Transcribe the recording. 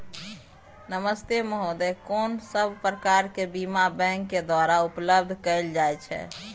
नमस्ते महोदय, कोन सब प्रकार के बीमा बैंक के द्वारा उपलब्ध कैल जाए छै?